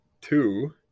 Two